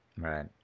Right